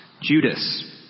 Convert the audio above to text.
Judas